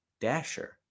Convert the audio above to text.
dasher